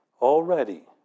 already